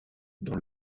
dans